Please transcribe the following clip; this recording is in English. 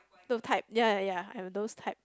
those type ya ya ya I'm those type